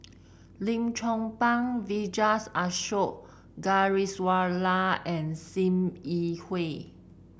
Lim Chong Pang Vijesh Ashok Ghariwala and Sim Yi Hui